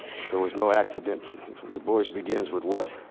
and so it was no accident kind of du bois begins with what.